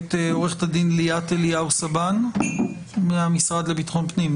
את עו"ד ליאת אליהו סבאן מהמשרד לביטחון הפנים,